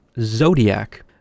Zodiac